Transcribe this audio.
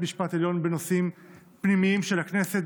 המשפט העליון בנושאים פנימיים של הכנסת,